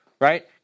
right